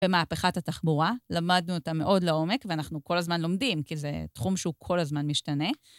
במהפכת התחבורה, למדנו אותה מאוד לעומק, ואנחנו כל הזמן לומדים, כי זה תחום שהוא כל הזמן משתנה.